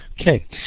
Okay